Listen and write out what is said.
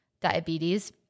diabetes